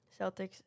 Celtics